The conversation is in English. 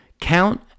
Count